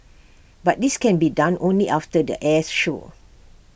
but this can be done only after the airs show